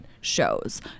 shows